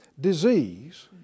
disease